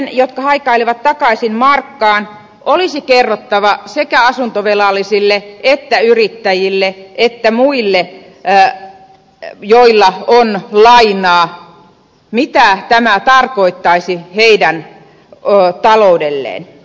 niiden jotka haikailevat takaisin markkaan olisi kerrottava sekä asuntovelallisille yrittäjille että muille joilla on lainaa mitä tämä tarkoittaisi heidän taloudelleen